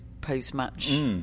post-match